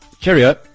cheerio